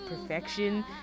perfection